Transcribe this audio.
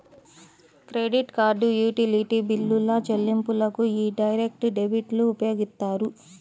credit card, utility బిల్లుల చెల్లింపులకు యీ డైరెక్ట్ డెబిట్లు ఉపయోగిత్తారు